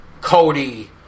Cody